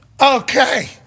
Okay